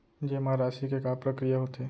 जेमा राशि के का प्रक्रिया होथे?